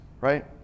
right